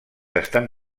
estan